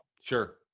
Sure